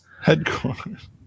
Headquarters